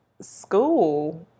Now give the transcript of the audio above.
school